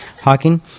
hawking